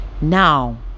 Now